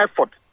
effort